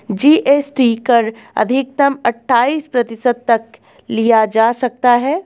GST कर अधिकतम अठाइस प्रतिशत तक लिया जा सकता है